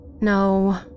No